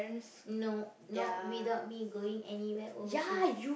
no not without me going anywhere overseas